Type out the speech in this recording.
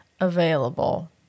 available